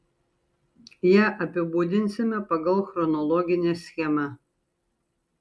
ją apibūdinsime pagal chronologinę schemą